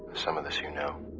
some of this you know.